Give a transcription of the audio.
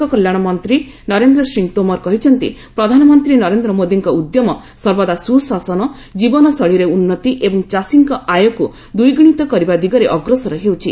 PM Tomar କେନ୍ଦ୍ର କୃଷି ଓ କୃଷକ କଲ୍ୟାଣ ମନ୍ତ୍ରୀ ନରେନ୍ଦ୍ର ସିଂ ତୋମର କହିଛନ୍ତି ପ୍ରଧାନମନ୍ତ୍ରୀ ନରେନ୍ଦ୍ର ମୋଦୀଙ୍କ ଉଦ୍ୟମ ସର୍ବଦା ସୁଶାସନ ଜୀବନଶୈଳୀରେ ଉନ୍ନତି ଏବଂ ଚାଷୀଙ୍କ ଆୟକୁ ଦ୍ୱିଗୁଶିତ କରିବା ଦିଗରେ ଅଗ୍ରସର ହେଉଛି